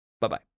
Bye-bye